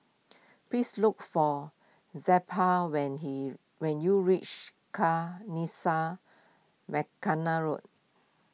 please look for Zelpha when he when you reach Kanisha Road